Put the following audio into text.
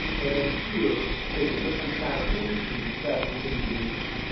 and then here is a different category to inspect within your business.